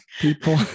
People